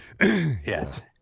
Yes